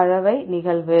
கலவை நிகழ்வு